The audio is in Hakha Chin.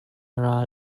ral